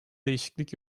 değişiklik